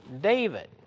David